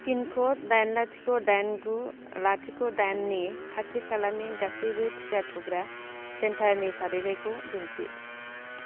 pin code दाइन लाथिख' दाइन गु लाथिख' दाइननि खाथि खालानि गासैबो टिका थुग्रा सेन्टारनि फारिलाइखौ दिन्थि